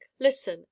listen